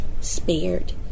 spared